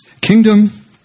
Kingdom